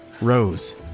Rose